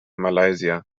malaysia